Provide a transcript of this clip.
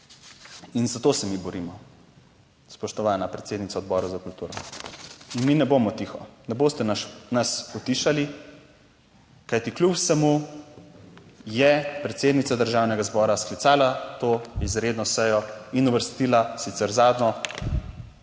In za to se mi borimo, spoštovana predsednica Odbora za kulturo, in mi ne bomo tiho, ne boste nas utišali. Kajti kljub vsemu je predsednica Državnega zbora sklicala to izredno sejo in uvrstila sicer zadnjo,